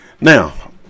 Now